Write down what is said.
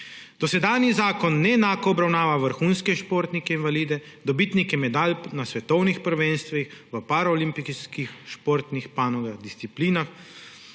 Dosedanji zakon neenako obravnava vrhunske športnike invalide, dobitnike medalj na svetovnih prvenstvih v paraolimpijskih športnih panogah oziroma disciplinah,